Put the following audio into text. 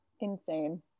Insane